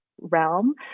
realm